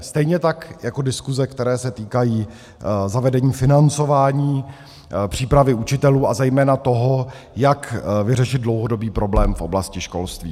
Stejně tak jako diskuse, které se týkají zavedení financování přípravy učitelů a zejména toho, jak vyřešit dlouhodobý problém v oblasti školství.